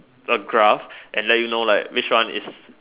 A graph and let you know like which one is